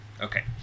Okay